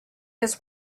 his